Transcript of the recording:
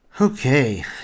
Okay